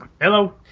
Hello